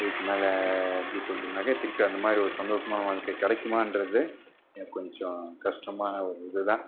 இதுக்கு மேலே எப்படி சொல்கிறதுனாக்க திருப்பி அந்தமாதிரி சந்தோஷமான வாழ்க்கை கிடைக்குமான்றது கொஞ்சம் கஷ்டமான ஒரு இதுதான்